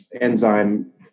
enzyme